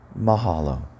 mahalo